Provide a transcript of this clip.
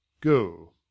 Go